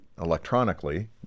Electronically